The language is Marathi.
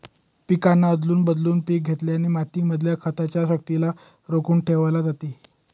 पिकांना आदलून बदलून पिक घेतल्याने माती मधल्या खताच्या शक्तिला रोखून ठेवलं जातं